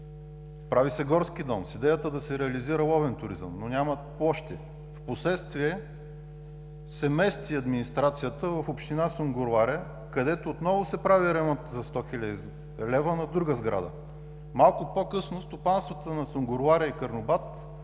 Прави се горски дом с идеята да се реализира ловен туризъм, но няма площи. Впоследствие се мести администрацията в Община Сунгурларе, където отново се прави ремонт за 100 хил. лв. на друга сграда. Малко по-късно стопанствата на Сунгурларе и Карнобат